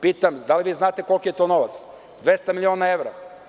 Pitam vas da li znate koliki je to novac, 200 miliona evra?